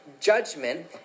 judgment